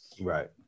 right